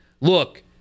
look